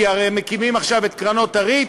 כי הרי הם מקימים עכשיו את קרנות הריט,